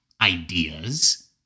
ideas